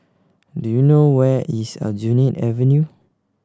do you know where is Aljunied Avenue